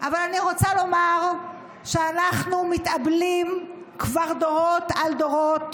אבל אני רוצה לומר שאנחנו מתאבלים כבר דורות על דורות